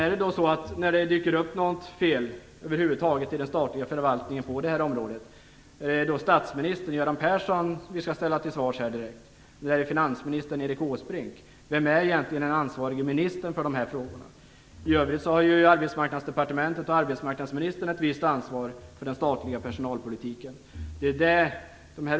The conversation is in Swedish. När det på detta område dyker upp något fel i den statliga förvaltningen, är det då statsminister Göran Persson som vi direkt skall ställa till svars här, eller är det finansminister Erik Åsbrink? Vem är egentligen den ansvarige ministern för dessa frågor? I övrigt har Arbetsmarknadsdepartementet och arbetsmarknadsministern ett visst ansvar för den statliga personalpolitiken.